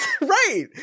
right